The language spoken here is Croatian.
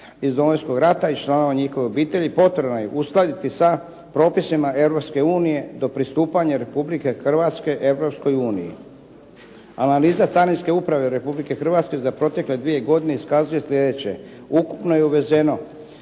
iz Domovinskog rata i članova njihovih obitelji potrebno je uskladiti sa propisima Europske unije do pristupanja Republike Hrvatske Europskoj uniji. Analiza Carinske uprave Republike Hrvatske za protekle dvije godine iskazuje sljedeće. Ukupno je uvezeno